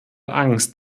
angst